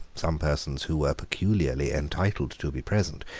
some persons who were peculiarly entitled to be present,